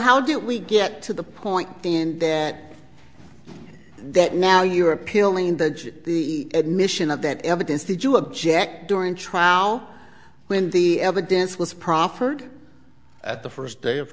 how do we get to the point and that that now you are appealing the admission of that evidence did you object during trial when the evidence was proffered at the first day of